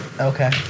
Okay